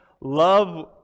love